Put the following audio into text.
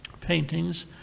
paintings